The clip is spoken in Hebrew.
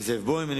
בוים ועוד.